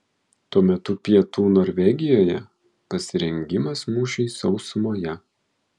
tuo metu pietų norvegijoje pasirengimas mūšiui sausumoje